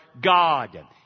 God